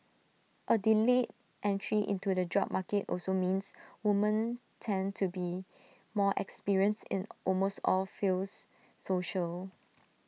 A delayed entry into the job market also means women tend to be more experienced in almost all fields social